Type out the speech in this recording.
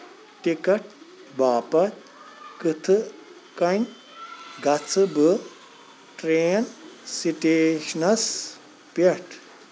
ticket باپتھ کِتھٕ کٔنۍ گژھِ بہٕ ٹرین سٹیشنَس پٮ۪ٹھ